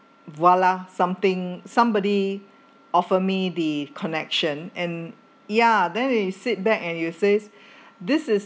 voila something somebody offer me the connection and ya then he sit back and will say this is